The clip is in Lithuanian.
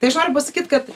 tai aš noriu pasakyt kad